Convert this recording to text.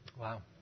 Wow